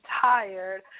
tired